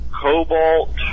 Cobalt